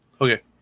okay